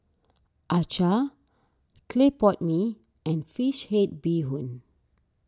Acar Clay Pot Mee and Fish Head Bee Hoon